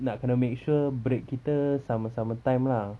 nak kena make sure break kita sama sama time lah